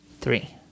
three